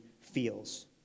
feels